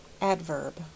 adverb